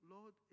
Lord